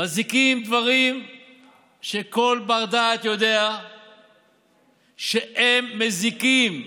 מזיקים עם דברים שכל בר-דעת יודע שהם מזיקים.